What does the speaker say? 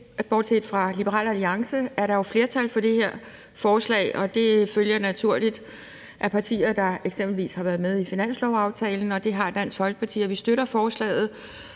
Bortset fra Liberal Alliance er der jo flertal for det her forslag, og det følger naturligt, i forhold til at det er partier, der har været med i finanslovaftalen. Det har Dansk Folkeparti eksempelvis, og vi støtter forslaget.